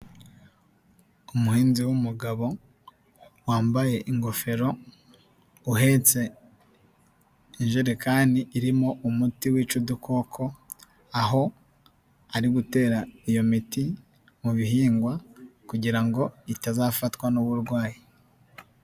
Umuhinzi w'umugabo wambaye ingofero, uhetse ijerekani irimo umuti wi'ca udukoko, aho ari gutera iyo miti mu bihingwa kugira ngo itazafatwa n'uburwayi.